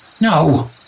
No